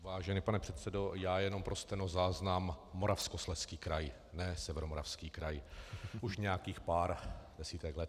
Vážený pane předsedo, já jenom pro stenozáznam Moravskoslezský kraj, ne Severomoravský kraj, už nějakých pár desítek let.